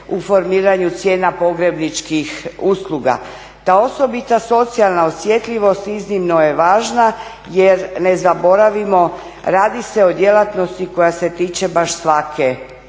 u formiranju cijena pogrebničkih usluga. Ta osobita socijalna osjetljivost je iznimno važna jer ne zaboravimo radi se o djelatnosti koja se tiče baš svake